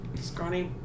scrawny